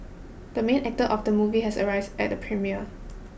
the main actor of the movie has arrived at the premiere